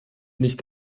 nicht